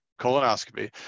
colonoscopy